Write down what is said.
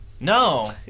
no